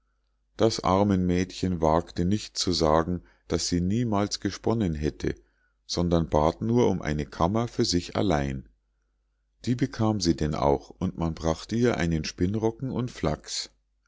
das arme mädchen wagte nicht zu sagen daß sie niemals gesponnen hätte sondern bat nur um eine kammer für sich allein die bekam sie denn auch und man brachte ihr einen spinnrocken und flachs